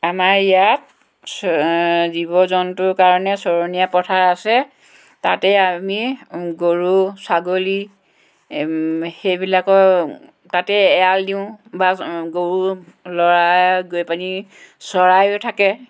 আমাৰ ইয়াত জীৱ জন্তুৰ কাৰণে চৰণীয়া পথাৰ আছে তাতেই আমি গৰু ছাগলী সেইবিলাকৰ তাতে এৰাল দিওঁ বা গৰু লৰাই গৈ পানি চৰায়ো থাকে